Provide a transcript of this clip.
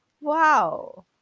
Wow